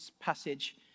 passage